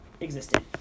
existed